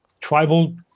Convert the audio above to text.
tribal